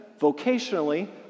vocationally